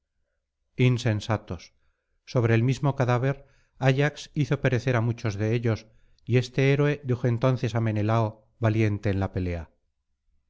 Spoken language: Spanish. insensatos sobre el mismo cadáver ayax hizo perecer á muchos de ellos y este héroe dijo entonces á menelao valiente en la pelea